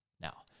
Now